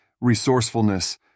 resourcefulness